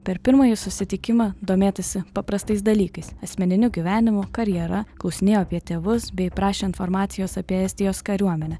per pirmąjį susitikimą domėtasi paprastais dalykais asmeniniu gyvenimu karjera klausinėjo apie tėvus bei prašė informacijos apie estijos kariuomenę